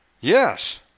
Yes